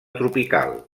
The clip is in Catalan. tropical